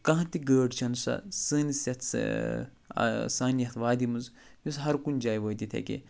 کانٛہہ تہِ گٲڑۍ چھِنہٕ سۄ سٲنِس یَتھ سانہِ یَتھ وادی منٛز یُس ہر کُنہِ کایہِ وٲتِتھ ہٮ۪کہِ